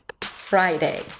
Friday